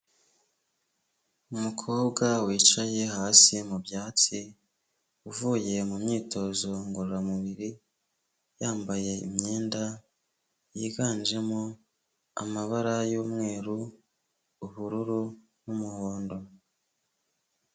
Umukobwa wicaye hasi mu byatsi uvuye mu myitozo ngororamubiri yambaye imyenda yiganjemo amabara y'umweru, ubururu n'umuhondo.